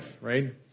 right